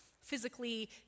physically